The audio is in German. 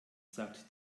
sagt